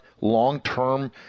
long-term